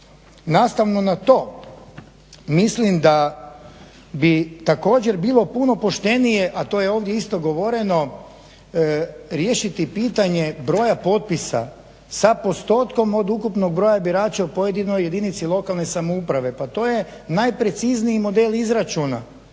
Nastavno na to mislim da bi također bilo puno poštenije, a to je ovdje isto govoreno, riješiti pitanje broja potpisa sa postotkom od ukupnog broja birača u pojedinoj jedinici lokalne samouprave. Pa to je najprecizniji model izračuna,